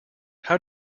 how